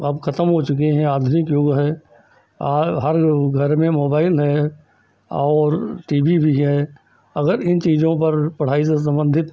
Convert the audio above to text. अब खत्म हो चुकी हैं आधुनिक युग है आज हर घर में मोबाइल है और टी वी भी है अगर इन चीज़ों पर पढ़ाई से सम्बन्धित